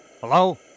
Hello